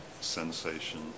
sensation